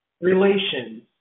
relations